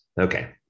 Okay